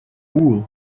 wool